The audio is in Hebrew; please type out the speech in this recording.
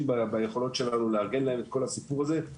ביכולות שלנו לארגן להם את כל הסיפור הזה,